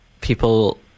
people –